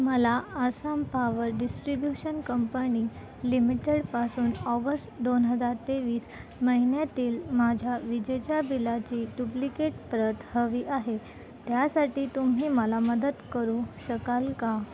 मला Assam power distribution company लिमिटेडपासून August दोन हजार तेवीस महिन्यातील माझ्या विजेच्या बिलाची डुप्लिकेट प्रत हवी आहे त्यासाठी तुम्ही मला मदत करू शकाल का